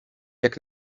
jak